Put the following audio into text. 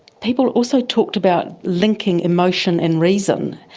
people also talked about linking emotion and reason,